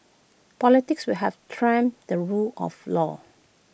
politics will have trumped the rule of law